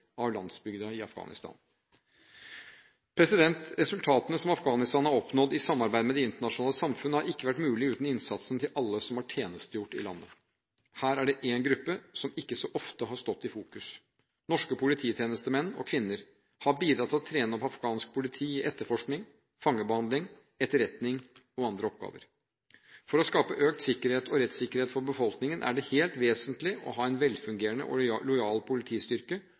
av landsbygda i Afghanistan. Resultatene som Afghanistan har oppnådd i samarbeid med det internasjonale samfunnet, hadde ikke vært mulig uten innsatsen til alle som har tjenestegjort i landet. Her er det én gruppe som ikke så ofte har stått i fokus: Norske polititjenestemenn og -kvinner har bidratt til å trene opp afghansk politi i etterforskning, fangebehandling, etterretning og andre oppgaver. For å skape økt sikkerhet og rettssikkerhet for befolkningen er det helt vesentlig å ha en velfungerende og lojal politistyrke,